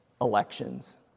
elections